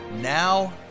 Now